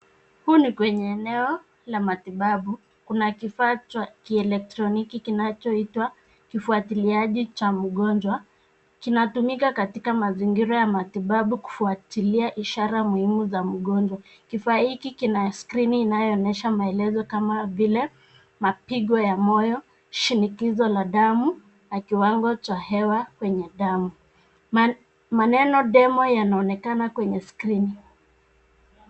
Huu ni kwenye eneo la matibabu, kuna kifaa cha kielektroniki kinachoitwa kifuatiliaji cha mgonjwa. Kinatumika katika mazingira ya matibabu kufuatilia ishara muhimu za mgonjwa. Kifaa hiki kina skrini inayoonyesha maelezo kama vile: mapigo ya moyo, shinikizo la damu na kiwango cha hewa kwenye damu. Maneno demo yanaonekana kwenye skrini.